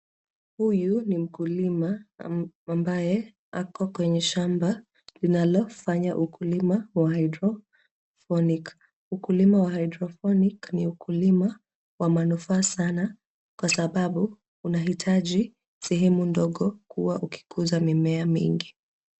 Huyu ni mkulima ambaye ako kwenye shamba linalo fanya ukulima wa hydroponics ukulima wa hydroponics ni ukulima wa manufaa sana kwa sababu inaitaji sehemu ndogo kuwa ukikuza mimea mengi